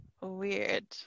weird